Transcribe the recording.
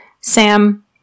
Sam